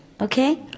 okay